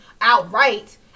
outright